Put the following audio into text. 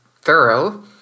thorough